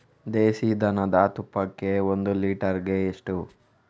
ದೇಸಿ ದನದ ತುಪ್ಪಕ್ಕೆ ಒಂದು ಲೀಟರ್ಗೆ ಎಷ್ಟು?